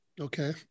Okay